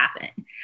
happen